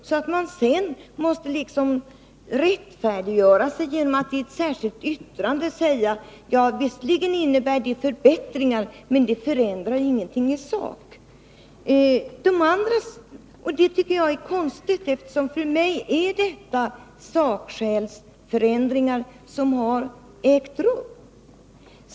Sedan måste man rättfärdiggöra sig genom ett särskilt yttrande och säga: Visserligen innebär detta förbättringar, men det förändrar ingenting i sak. Det tycker jag är konstigt, eftersom det för mig är sakskälsförändringar som ägt rum.